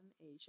Asia